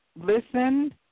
listen